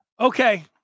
Okay